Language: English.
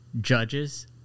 judges